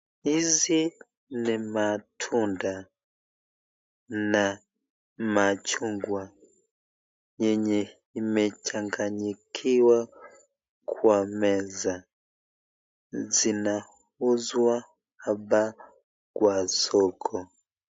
Hizi ni matunda na machungwa yenye imechanganyikiwa kwa meza, zinauzwa hapa kwa soko.